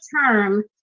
term